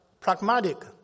pragmatic